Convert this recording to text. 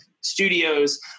studios